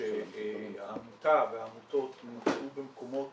שהעמותה והעמותות נגעו במקומות